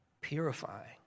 purifying